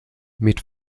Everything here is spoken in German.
mit